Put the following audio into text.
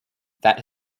that